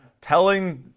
telling